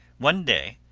one day,